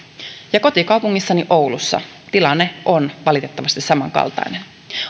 ja kotikaupungissani oulussa tilanne on valitettavasti samankaltainen